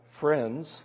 friends